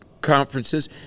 conferences